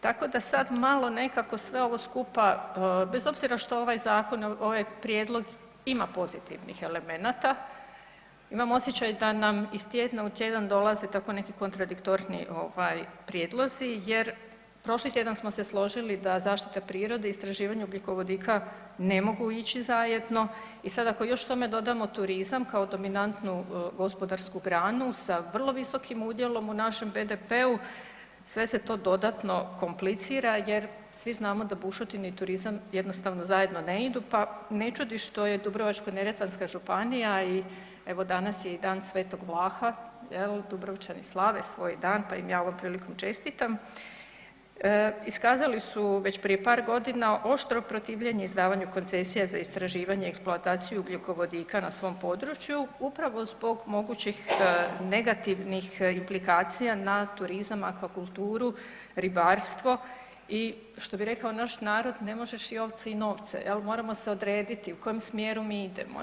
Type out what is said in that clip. Tako da sad malo nekako sve ovo skupa bez obzira što ovaj zakon, ovaj prijedlog ima pozitivnih elemenata, imam osjećaj da nam iz tjedna u tjedan dolaze tako neki kontradiktorni ovaj prijedlozi jer prošli tjedan smo se složili da zaštita prirode i istraživanje ugljikovodika ne mogu ići zajedno i sada ako još tome dodamo turizam kao dominantnu gospodarsku granu sa vrlo visokim udjelom u našem BDP-u sve se to dodatno komplicira jer svi znamo da bušotine i turizam jednostavno zajedno ne idu pa ne čudi što je Dubrovačko-neretvanska županija, evo danas je i Dan Sv. Vlaha jel Dubrovčani slavi svoj dan, pa im ja ovom prilikom čestitam, iskazali su već prije par godina oštro protivljenje izdavanju koncesija za istraživanje i eksploataciju ugljikovodika na svom području upravo zbog mogućih negativnih implikacija na turizam, akvakulturu, ribarstvo i što bi rekao naš narod ne možeš i ovce i novce jel, moramo se odrediti u kojem smjeru mi idemo.